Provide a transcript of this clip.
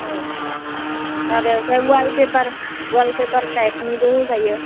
आरो जा वालपेपार टाइपनिबो होजायो